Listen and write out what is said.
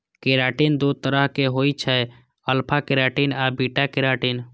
keratin दू तरहक होइ छै, अल्फा केराटिन आ बीटा केराटिन